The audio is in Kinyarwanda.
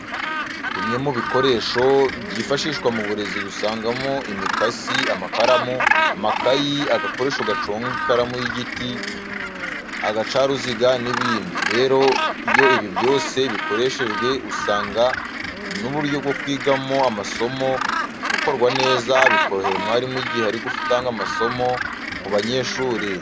Bimwe mu bikoresho byifashishwa mu burezi dusangamo imikasi, amakaramu, amakayi, agakoresho gaconga ikaramu y'igiti, agacaruziga n'ibindi. Rero iyo ibi byose bikoreshejwe, usanga n'uburyo bwo kwigamo amasomo bukorwa neza bikorohera umwarimu igihe ari gutanga amasomo ku banyeshuri.